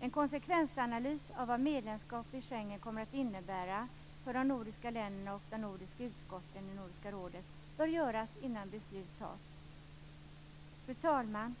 En konsekvensanalys av vad medlemskap i Schengen kommer att innebära för de nordiska länderna och för de nordiska utskotten i Nordiska rådet bör göras innan beslut fattas. Fru talman!